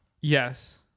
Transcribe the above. Yes